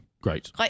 Great